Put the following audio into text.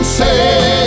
say